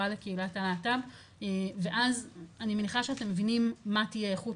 לקהילת הלהט"ב ואז אני מניחה שאתם מבינים מה תהיה איכות